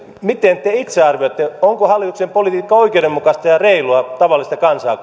miten te itse arvioitte onko hallituksen politiikka oikeudenmukaista ja reilua tavallista kansaa